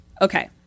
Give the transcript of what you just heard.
Okay